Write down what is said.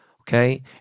okay